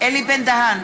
אלי בן-דהן,